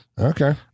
Okay